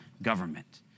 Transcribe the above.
Government